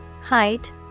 height